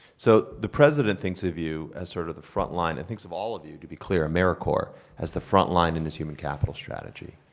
so the president thinks of you as sort of the frontline and thinks of all of you, to be clear americorps as the frontline in this human capital strategy.